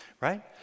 Right